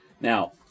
Now